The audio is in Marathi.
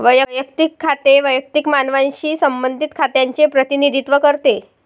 वैयक्तिक खाते वैयक्तिक मानवांशी संबंधित खात्यांचे प्रतिनिधित्व करते